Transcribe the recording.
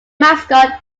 mascot